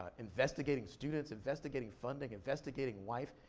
ah investigating students, investigating funding, investigating wife,